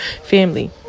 Family